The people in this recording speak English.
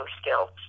skills